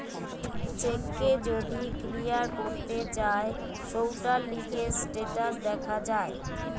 check কে যদি clear করতে চায় সৌটার লিগে স্টেটাস দেখা যায়